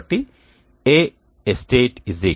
కాబట్టి Aestate 1